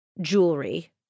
jewelry